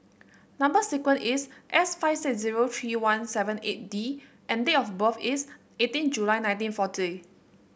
number sequence is S five six zero three one seven eight D and date of birth is eighteen July nineteen forty